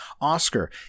Oscar